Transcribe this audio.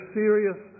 serious